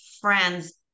friends